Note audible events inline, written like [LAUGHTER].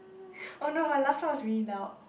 [LAUGHS] no her laughter was really loud